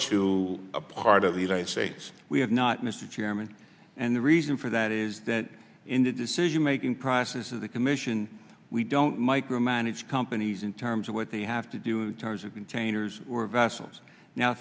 to a part of the united states we have not mr chairman and the reason for that is that in the decision making process of the commission we don't micromanage companies in terms of what they have to do in terms of containers or vessels now